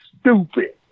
stupid